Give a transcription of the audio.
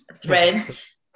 threads